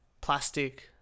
plastic